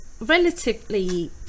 relatively